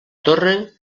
torre